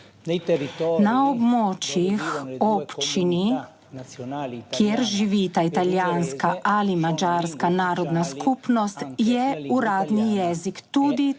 Na območjih, občini, kjer živita italijanska ali madžarska narodna skupnost, je uradni jezik tudi italijanščina